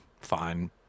fine